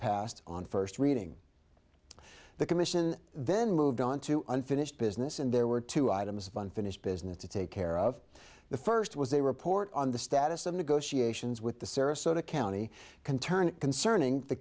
passed on first reading the commission then moved on to unfinished business and there were two items of unfinished business to take care of the first was a report on the status of negotiations with the sarasota county can turn concerning the